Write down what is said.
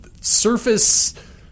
surface